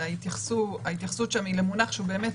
אלא ההתייחסות שם היא למונח שהוא באמת